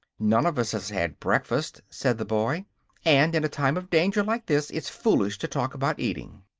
none of us has had breakfast, said the boy and in a time of danger like this it's foolish to talk about eating.